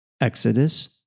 Exodus